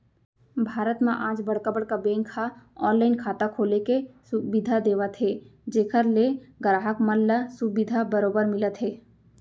भारत म आज बड़का बड़का बेंक ह ऑनलाइन खाता खोले के सुबिधा देवत हे जेखर ले गराहक मन ल सुबिधा बरोबर मिलत हे